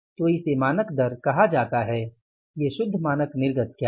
तो इसे मानक दर कहा जाता है ये शुद्ध मानक निर्गत क्या है